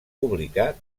publicar